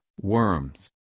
worms